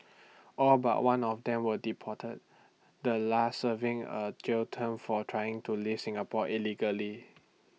all but one of them were deported the last serving A jail term for trying to leave Singapore illegally